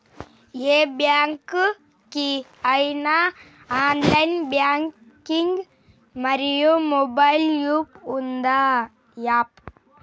ఏ bank కి ఐనా online banking మరియు మొబైల్ యాప్ ఉందా?